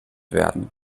werden